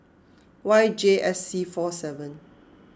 Y J S C four seven